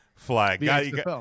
Flag